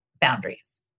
boundaries